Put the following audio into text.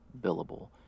billable